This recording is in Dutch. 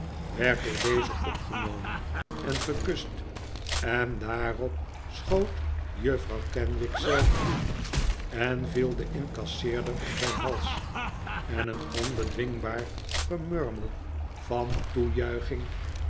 werd door dezen opgenomen en gekust en daarop schoot juffrouw kenwigs zelf toe en viel den incasseerder om zijn hals en een onbedwingbaar gemurmel van toejuiching